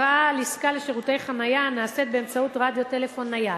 התרעה על עסקה לשירותי חנייה הנעשית באמצעות רדיו טלפון נייד).